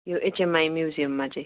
यो एचएमआई म्युजियममा चाहिँ